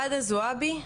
רדא זועבי,